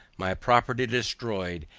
my property destroyed,